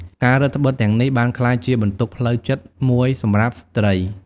ការរឹតត្បិតទាំងនេះបានក្លាយជាបន្ទុកផ្លូវចិត្តមួយសម្រាប់ស្ត្រី។